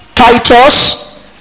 Titus